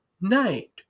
night